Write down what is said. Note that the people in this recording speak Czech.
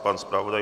Pan zpravodaj?